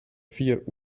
vier